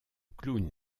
clown